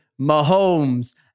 Mahomes